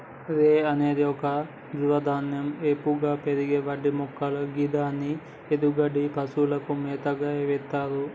రై అనేది ఒక తృణధాన్యం ఏపుగా పెరిగే గడ్డిమొక్కలు గిదాని ఎన్డుగడ్డిని పశువులకు మేతగ ఎత్తర్